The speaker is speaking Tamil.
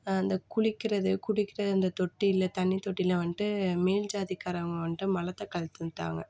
இந்த குளிக்கிறது குடிக்க இந்த தொட்டியில் தண்ணி தொட்டியில் வந்துட்டு மேல் ஜாதிகாரவங்க வந்துட்டு மலத்தை கழித்துன்ட்டாங்க